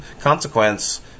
consequence